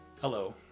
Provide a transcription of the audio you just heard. Hello